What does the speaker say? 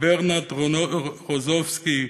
ברנרד רוזנסקי,